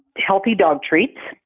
healthy dog treats.